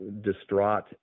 distraught